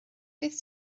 beth